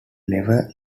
never